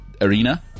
arena